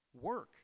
work